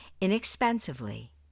inexpensively